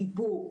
דיבור,